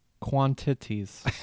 Quantities